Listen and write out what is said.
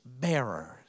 bearers